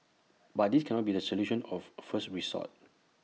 but this cannot be the solution of first resort